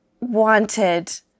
wanted